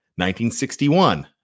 1961